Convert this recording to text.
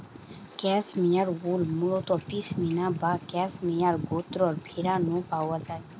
cashmere wool মুলত পসমিনা বা cashmere গোত্রর ভেড়া নু পাওয়া যায়